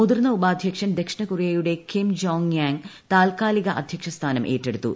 മുതിർന്ന ഉപാദ്ധ്യക്ഷൻ ദക്ഷിണ് കൊറിയയുടെ കിം ജോങ് യാങ് താത്ക്കാലിക അദ്ധ്യക്ഷ് സ്മാനം ഏറ്റെടുത്തു